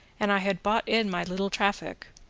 and i had bought in my little traffic,